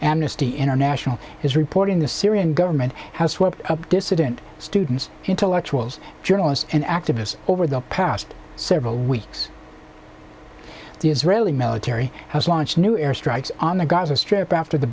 amnesty international is reporting the syrian government has swept up dissident students intellectuals journalists and activists over the past several weeks the israeli military has launched new air strikes on the gaza strip after the